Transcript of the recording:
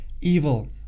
evil